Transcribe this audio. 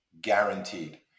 guaranteed